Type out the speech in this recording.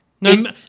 No